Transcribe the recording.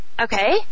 Okay